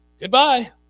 Goodbye